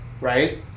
right